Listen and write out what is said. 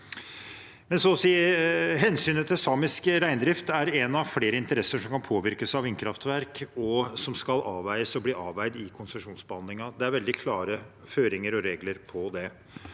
konfliktfylte. Hensynet til samisk reindrift er én av flere interesser som kan påvirkes av vindkraftverk, og som skal avveies – og blir avveid – i konsesjonsbehandlingen. Det er veldig klare føringer og regler for det.